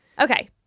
okay